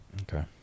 Okay